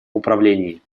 управлении